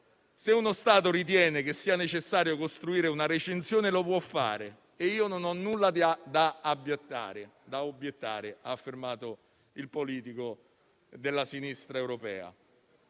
«Se uno Stato ritiene che sia necessario costruire una recinzione, lo può fare e non ho nulla da obiettare» ha affermato il politico della sinistra europea.